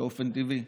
באופן טבעי,